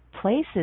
places